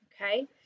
okay